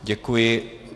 Děkuji.